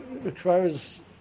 requires